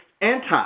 anti